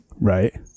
Right